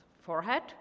forehead